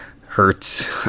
hurts